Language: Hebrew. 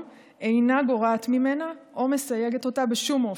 אינה גורעת ממנה או מסייגת אותה בשום אופן.